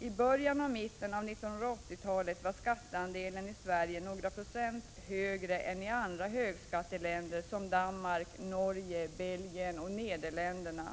I början och mitten av 1980-talet var skatteandelen i Sverige några procent högre än i andra högskatteländer som Norge, Danmark, Belgien och Nederländerna.